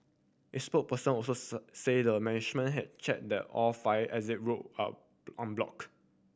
its spokesperson also said the management had check the all fire exit route are unblock